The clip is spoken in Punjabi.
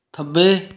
ਖੱਬੇ